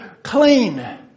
Clean